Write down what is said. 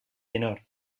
tenor